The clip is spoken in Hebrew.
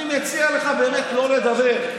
אני מציע לך באמת לא לדבר.